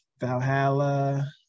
valhalla